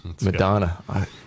Madonna